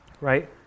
Right